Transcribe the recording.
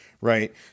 right